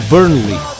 Burnley